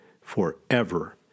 forever